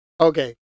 Okay